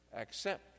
Accept